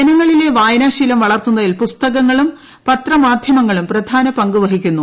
ജനങ്ങളിലെ വായനാശീലം വളർത്തുന്നതിൽ പുസ്തകങ്ങളും പത്രമാധ്യമ ങ്ങളും പ്രധാന പങ്ക് വഹിക്കുന്നു